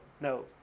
no